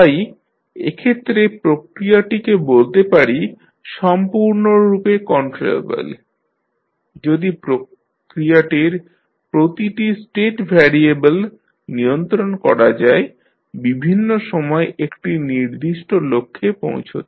তাই এক্ষেত্রে প্রক্রিয়াটিকে বলতে পারি সম্পূর্ণরূপে কন্ট্রোলেবল যদি প্রক্রিয়াটির প্রতিটি স্টেট ভ্যারিয়েবল নিয়ন্ত্রণ করা যায় বিভিন্ন সময়ে একটি নির্দিষ্ট লক্ষ্যে পৌঁছতে